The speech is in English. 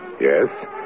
Yes